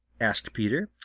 asked peter.